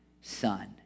son